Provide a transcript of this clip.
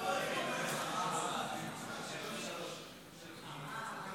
שלוש דקות לרשותך.